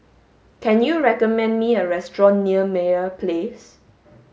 can you recommend me a restaurant near Meyer Place